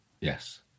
Yes